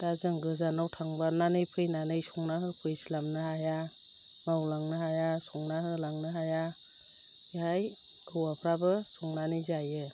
दा जों गोजानाव थांनानै फैनानै संना होफैस्लाबनो हाया मावलांनो हाया संना होलांनो हाया बेहाय हौवाफ्राबो संनानै जायो